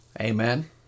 Amen